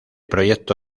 proyecto